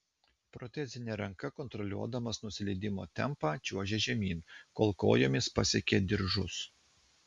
protezine ranka kontroliuodamas nusileidimo tempą čiuožė žemyn kol kojomis pasiekė diržus